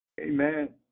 Amen